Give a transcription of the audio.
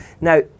now